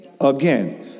Again